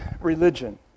Religion